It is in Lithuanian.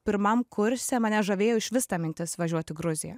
pirmam kurse mane žavėjo išvis ta mintis važiuot į gruziją